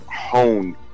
honed